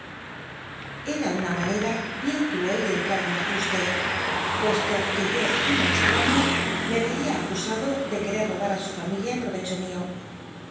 em una manera bien crucl de cnllm en ajusl c puesto que yo un extraño me ycia acusado de f uere tobar á su familia en pl'oyecho mio